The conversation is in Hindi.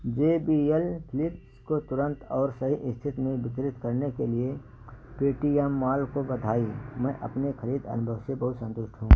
जे बी यल फ्लिप्स को तुरंत और सही स्थिति में वितरित करने के लिए पेटीएम मॉल को बधाई मैं अपने ख़रीद अनुभव से बहुत संतुष्ट हूँ